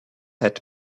had